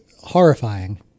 horrifying